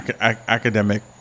academic